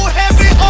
heavy